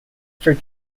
for